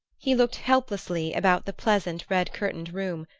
he looked helplessly about the pleasant red-curtained room,